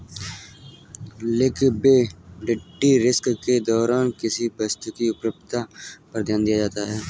liquidity risk के दौरान किसी वस्तु की उपलब्धता पर ध्यान दिया जाता है